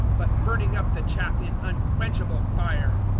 but burning up the chaff in unquenchable fire.